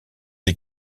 des